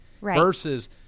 Versus